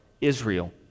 Israel